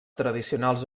tradicionals